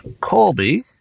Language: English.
Colby